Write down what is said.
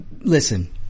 listen